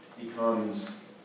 becomes